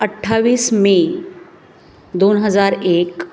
अठ्ठावीस मे दोन हजार एक